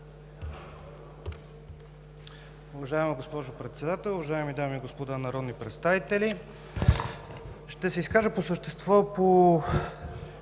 Уважаема госпожо Председател, уважаеми дами и господа народни представители! Ще се изкажа по същество по